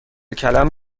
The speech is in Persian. کلم